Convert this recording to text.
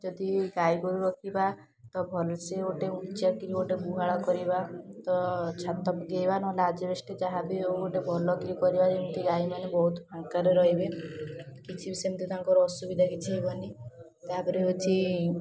ଯଦି ଗାଈଗୋରୁ ରଖିବା ତ ଭଲସେ ଗୋଟେ ଉଚ୍ଚା କରି ଗୋଟେ ଗୁହାଳ କରିବା ତ ଛାତ ପକାଇବା ନହେଲେ ଆଜବେଷ୍ଟସ୍ ଯାହା ବି ହେଉ ଗୋଟେ ଭଲ କି କରିବା ଯେମିତି ଗାଈମାନେ ବହୁତ ଫାଙ୍କାରେ ରହିବେ କିଛି ବି ସେମିତି ତାଙ୍କର ଅସୁବିଧା କିଛି ହେବନି ତା'ପରେ ହେଉଛି